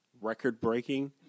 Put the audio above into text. record-breaking